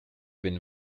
been